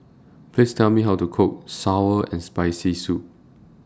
Please Tell Me How to Cook Sour and Spicy Soup